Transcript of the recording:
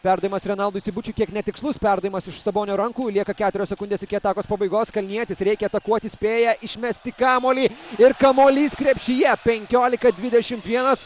perdavimas renaldui seibučiui kiek netikslus perdavimas iš sabonio rankų lieka keturios sekundės iki atakos pabaigos kalnietis reikia atakuoti spėja išmesti kamuolį ir kamuolys krepšyje penkiolika dvidešim vienas